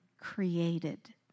created